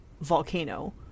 volcano